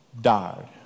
died